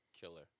killer